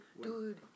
Dude